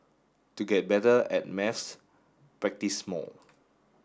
to get better at maths practise more